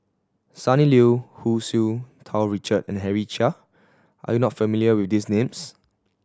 Sonny Liew Hu Tsu Tau Richard and Henry Chia are you not familiar with these names